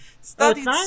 Studies